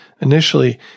Initially